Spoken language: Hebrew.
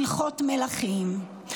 הלכות מלכים,